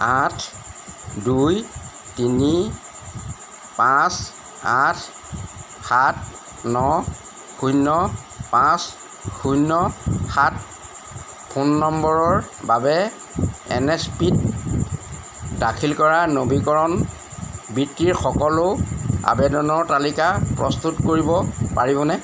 আঠ দুই তিনি পাঁচ আঠ সাত ন শূন্য পাঁচ শূন্য সাত ফোন নম্বৰৰ বাবে এন এছ পি ত দাখিল কৰা নবীকৰণ বৃত্তিৰ সকলো আবেদনৰ তালিকা প্ৰস্তুত কৰিব পাৰিবনে